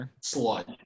sludge